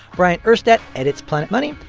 bryant urstadt edits planet money.